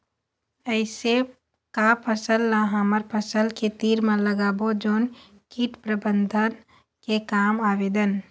ऐसे का फसल ला हमर फसल के तीर मे लगाबो जोन कीट प्रबंधन के काम आवेदन?